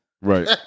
right